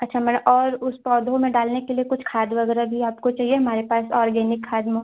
अच्छा मैडम और उस पौधों में डालने के लिए कुछ खाद वगैरह भी आपको चाहिए हमारे पास ऑर्गेनिक खाद में